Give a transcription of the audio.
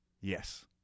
Yes